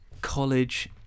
College